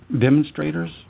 demonstrators